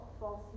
false